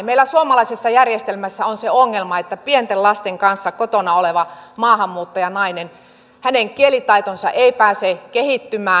meillä suomalaisessa järjestelmässä on se ongelma että pienten lasten kanssa kotona olevan maahanmuuttajanaisen kielitaito ei pääse kehittymään